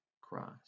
Christ